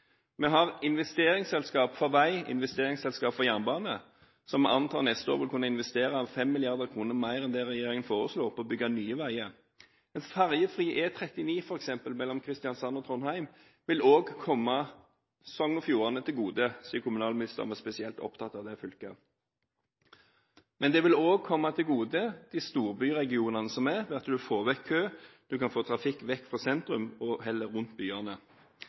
Vi har investeringsselskap for vei og investeringsselskap for jernbane som jeg antar neste år vil kunne investere 5 mrd. kr mer enn det regjeringen foreslår på å bygge nye veier. For eksempel en ferjefri E 39 mellom Kristiansand og Trondheim vil også komme Sogn og Fjordane til gode – siden kommunalministeren var spesielt opptatt av det fylket. Men det vil også komme storbyregionene til gode – man får bort kø, man kan få trafikk bort fra sentrum og heller få den rundt byene.